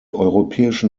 europäischen